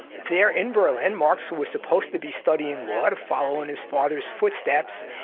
there in berlin, marx was supposed to be studying law to follow in his father's footsteps,